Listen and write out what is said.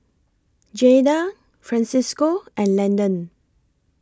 Jaida Francisco and Landen